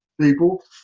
people